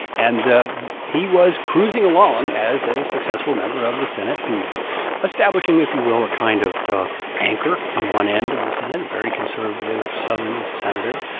and he was cruising along as a successful member of the senate and establishing, if you will, a kind of anchor on one end of the senate, a very conservative southern senator.